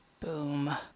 Boom